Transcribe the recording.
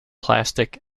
plastic